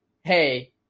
hey